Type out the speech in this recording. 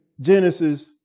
Genesis